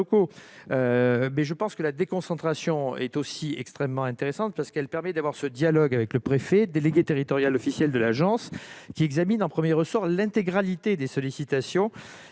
acteurs locaux. La déconcentration est aussi extrêmement intéressante : elle permet un dialogue avec le préfet, délégué territorial officiel de l'agence, qui examine en premier ressort l'intégralité des sollicitations